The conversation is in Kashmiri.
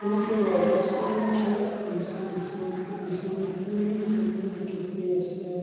تمہِ کہِ وجہہ سۭتۍ چھِ اِنسان اِنسانس گیمہٕ گنٛدنہِ أکِس بیٚیس سۭتۍ